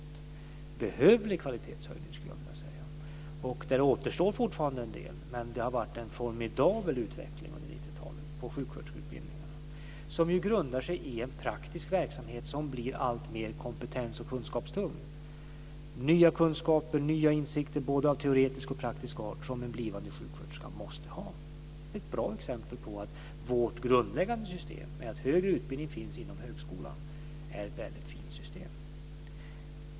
Det är en behövlig kvalitetshöjning, skulle jag vilja säga. Det återstår fortfarande en del, men det har varit en formidabel utveckling under 90-talet på sjuksköterskeutbildningarna. Det grundar sig i en praktiskt verksamhet som blir alltmer kompetens och kunskapstung. Det kommer nya kunskaper och nya insikter, både av teoretisk och praktisk art, som en blivande sjuksköterska måste ha. Det är ett bra exempel på att vårt grundläggande system med att högre utbildning finns inom högskolan är ett väldigt fint system.